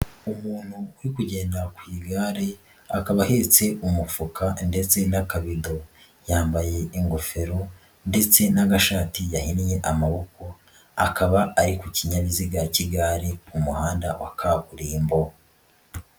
Umuntu uri kugenda ku igare akaba ahetse umufuka ndetse n'akabido, yambaye ingofero ndetse n'agashati yahinnye amaboko, akaba ari ku kinyabiziga k'igare mu muhanda wa kaburimbo.